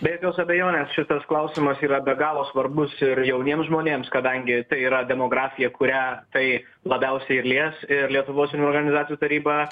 be jokios abejonės šitas klausimas yra be galo svarbus ir jauniems žmonėms kadangi tai yra demografija kurią tai labiausiai ir lies ir lietuvos jaunimo organizacijų taryba